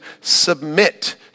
submit